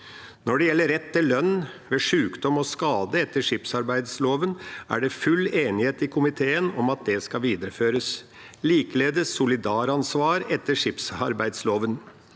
Når det gjelder rett til lønn ved sykdom og skade etter skipsarbeidsloven, er det full enighet i komiteen om at det skal videreføres. Likeledes er det for solidaransvar etter skipsarbeidsloven.